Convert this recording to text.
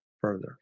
Further